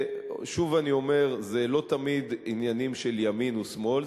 שוב אני אומר, זה לא תמיד עניינים של ימין ושמאל.